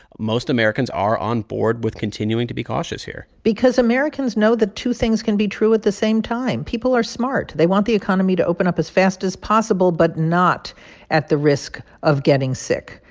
most americans are on board with continuing to be cautious here because americans know that two things can be true at the same time. people are smart. they want the economy to open up as fast as possible, but not at the risk of getting sick.